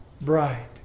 bride